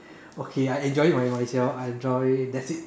okay I enjoy it by myself I enjoy that's it